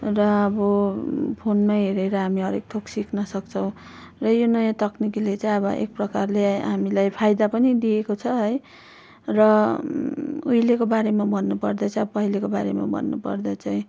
र अब फोनमै हेरेर हामी हरेक थोक सिक्न सक्छौँ र यो नयाँ तक्निकीले चाहिँ अब एक प्रकारले हामीलाई फाइदा पनि दिएको छ है र उहिलेको बारेमा भन्नुपर्दा चाहिँ पहिलेको बारेमा भन्नुपर्दा चाहिँ